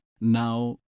Now